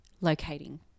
locating